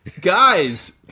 Guys